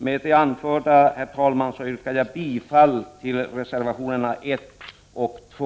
Med det anförda, herr talman, yrkar jag bifall till reservationerna 1 och 2.